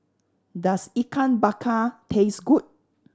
does Ikan Bakar taste good